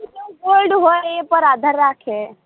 એ તો ગોલ્ડ હોય એ પર આધાર રાખે